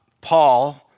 Paul